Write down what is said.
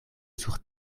sur